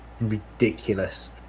ridiculous